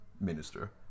Minister